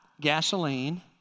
gasoline